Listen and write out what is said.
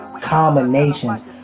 combinations